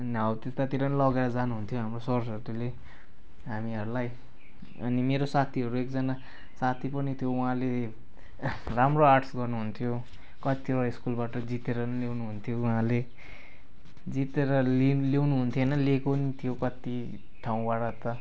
अनि हो त्यतातिर पनि लगेर जानुहुन्थ्यो हाम्रो सरहरूले हामीहरूलाई अनि मेरो साथीहरू एकजना साथी पनि थियो उहाँले राम्रो आर्ट्स गर्नुहुन्थ्यो कतिवटा स्कुलबाट जितेर पनि ल्याउनुहुन्थ्यो उहाँले जितेर ल्याउनु हुन्थेन ल्याएको पनि थियो कति ठाउँबाट त